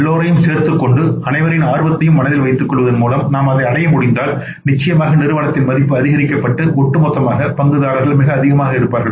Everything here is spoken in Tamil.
எல்லோரையும் சேர்த்துக் கொண்டு அனைவரின் ஆர்வத்தையும் மனதில் வைத்துக் கொள்வதன் மூலம் நாம் அதை அடைய முடிந்தால் நிச்சயமாக நிறுவனத்தின் மதிப்பு அதிகரிக்கப்பட்டு ஒட்டுமொத்தமாக பங்குதாரர்கள் மிக அதிகமாக இருப்பார்கள்